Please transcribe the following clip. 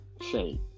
shape